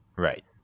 Right